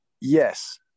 Yes